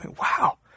Wow